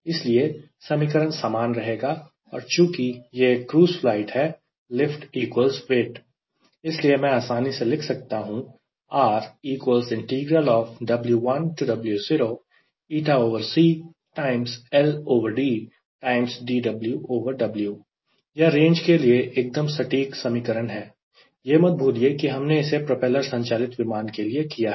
इसलिए समीकरण समान रहेगा और चुकी यह एक क्रूज़ फ्लाइट है 𝐿 𝑊 इसलिए मैं आसानी से लिख सकता हूं यह रेंज के लिए एकदम सटीक समीकरण है यह मत भुलिए कि हमने इसे प्रोपेलर संचालित विमान के लिए किया है